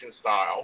style